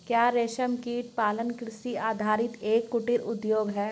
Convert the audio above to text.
क्या रेशमकीट पालन कृषि आधारित एक कुटीर उद्योग है?